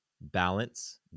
Balance